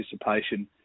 participation